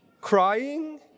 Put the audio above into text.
crying